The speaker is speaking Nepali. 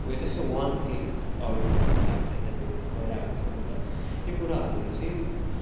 we are just a one click away from the fact होइन त्यो भइरहेको छ अन्त यो कुराहरूले चाहिँ